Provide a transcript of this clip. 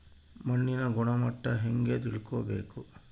ಮಣ್ಣಿನ ಗುಣಮಟ್ಟ ಹೆಂಗೆ ತಿಳ್ಕೊಬೇಕು?